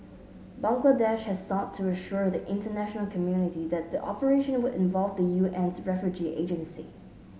Bangladesh has sought to assure the international community that the operation would involve the U N's refugee agency